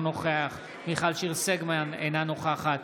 נגד מיכל שיר סגמן, אינה נוכחת